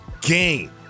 game